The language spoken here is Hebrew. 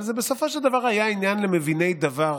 אבל זה בסופו של דבר היה עניין למביני דבר,